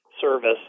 service